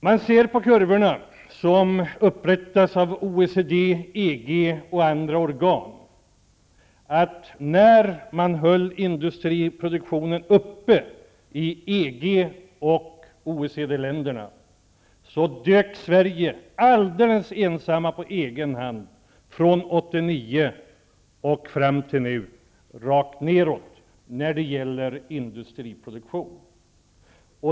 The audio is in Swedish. Man ser på kurvorna som upprättas av OECD, EG och andra organ att Sverige -- då man i EG och OECD-länderna, från 1989 och fram till nu, höll industriproduktionen uppe -- helt på egen hand dök rakt nedåt när det gäller industriproduktion.